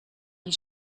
die